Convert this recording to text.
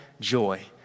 joy